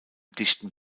dichten